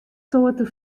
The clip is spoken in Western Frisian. soarte